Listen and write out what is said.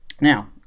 Now